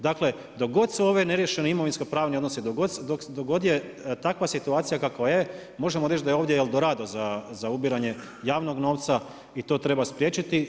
Dakle dok god su neriješeni imovinskopravni odnosi dok god je takva situacija kakva je možemo reći da je ovdje EL Dorado za ubiranje javnog novca i to treba spriječiti.